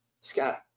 Scott